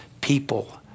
people